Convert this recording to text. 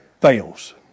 fails